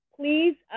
please